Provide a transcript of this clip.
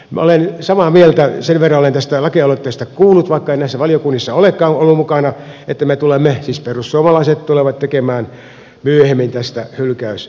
minä olen samaa mieltä sen verran olen tästä lakialoitteesta kuullut vaikka en näissä valiokunnissa olekaan ollut mukana että me tulemme siis perussuomalaiset tulevat tekemään myöhemmin tästä hylkäys